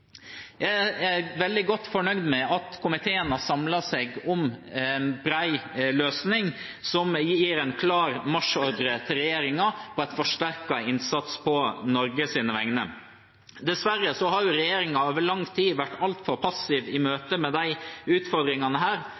Jeg er veldig godt fornøyd med at komiteen har samlet seg om en bred løsning som gir en klar marsjordre til regjeringen om en forsterket innsats på Norges vegne. Dessverre har regjeringen over lang tid vært altfor passiv i møte med disse utfordringene.